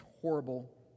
horrible